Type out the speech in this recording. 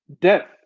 death